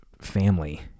family